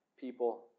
people